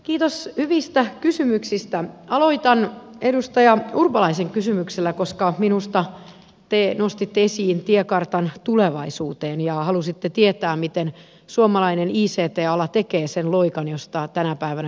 kiitos hyvistä kysymyksistä aloitan edustaja urpalaisen kysymyksellä koska minusta teenostitte esiin tiekartan tulevaisuuteen ja halusitte tietää miten suomalainen hiisi apealla tekee sen loikan josta tänä päivänä